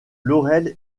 laurel